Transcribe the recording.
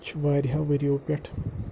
چھِ واریاہو ؤریو پٮ۪ٹھ